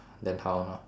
then how now